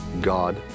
God